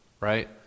Right